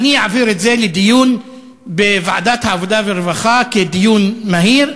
אני אעביר את זה לדיון בוועדת העבודה והרווחה כדיון מהיר,